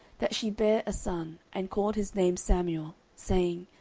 that she bare a son, and called his name samuel, saying,